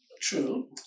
true